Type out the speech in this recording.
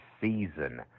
season